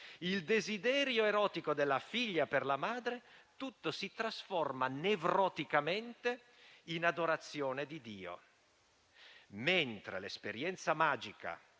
il desiderio erotico della figlia per la madre, tutto si trasforma nevroticamente in adorazione di Dio, mentre l'esperienza magica